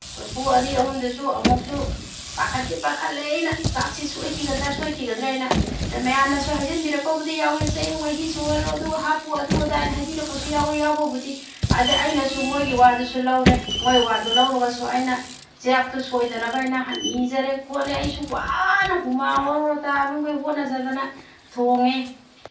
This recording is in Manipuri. ꯀꯣꯔꯐꯨ ꯑꯅꯤ ꯑꯍꯨꯝꯗꯨꯁꯨ ꯑꯃꯨꯛꯁꯨ ꯄꯥꯈꯠꯇꯤ ꯄꯥꯈꯠꯂꯦ ꯑꯩꯅ ꯆꯥꯛꯁꯤ ꯁꯣꯏꯈꯤꯒꯗ꯭ꯔꯥ ꯁꯣꯏꯈꯤꯒꯗ꯭ꯔꯥ ꯍꯥꯏꯅ ꯑꯗ ꯃꯌꯥꯝꯅꯁꯨ ꯍꯥꯏꯖꯤꯟꯕꯤꯔꯛꯄꯕꯨꯗꯤ ꯌꯥꯎꯋꯤ ꯆꯦꯡ ꯃꯍꯤ ꯁꯧꯍꯜꯂꯨ ꯑꯗꯨꯒ ꯍꯥꯞꯄꯨ ꯑꯗꯨ ꯑꯗ ꯍꯥꯏꯅ ꯍꯥꯏꯕꯤꯔꯛꯄꯁꯨ ꯌꯥꯎꯋꯤ ꯌꯥꯎꯕꯕꯨꯗꯤ ꯑꯗ ꯑꯩꯅꯁꯨ ꯃꯣꯏꯒꯤ ꯋꯥꯗꯨꯁꯨ ꯂꯧꯔꯦ ꯃꯣꯏ ꯋꯥꯗꯨ ꯂꯧꯔꯒꯁꯨ ꯑꯩꯅ ꯆꯥꯛꯇꯨ ꯁꯣꯏꯗꯅꯕꯅ ꯅꯤꯖꯔꯦ ꯈꯣꯠꯂꯦ ꯑꯩꯁꯨ ꯋꯥꯅ ꯍꯨꯃꯥꯡ ꯑꯣꯔꯣ ꯑꯣꯔꯣ ꯇꯥꯕ ꯃꯈꯩ ꯍꯣꯠꯅꯖꯗꯅ ꯊꯣꯡꯉꯦ